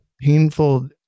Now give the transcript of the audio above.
painful